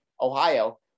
Ohio